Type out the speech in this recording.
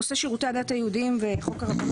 נושא שירותי הדת היהודיים וחוק הרבנות